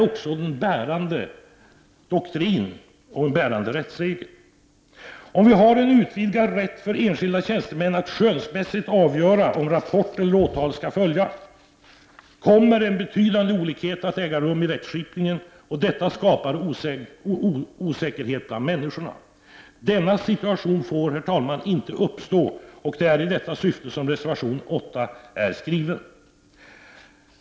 Om enskilda tjänstemän ges en utvidgad rätt att skönsmässigt avgöra om rapport eller åtal skall följa, kommer en betydande olikhet att uppstå i rättstillämpningen, och detta skapar en osäkerhet bland människorna. Denna situation får inte uppstå, och det är detta syfte som reservation 8 tjänar.